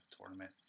tournament